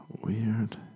Weird